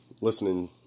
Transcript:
listening